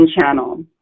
channel